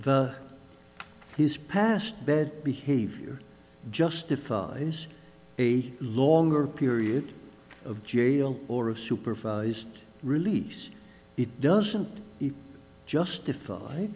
his past bed behavior justifies a longer period of jail or of supervised release it doesn't justify